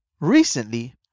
Recently